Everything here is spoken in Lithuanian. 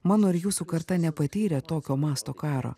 mano ir jūsų karta nepatyrė tokio masto karo